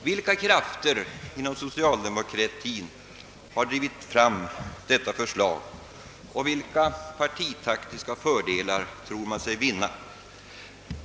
Vilka krafter inom socialdemokratin har drivit fram detta förslag, och vilka partitaktiska fördelar tror man sig vinna?